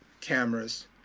cameras